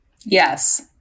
Yes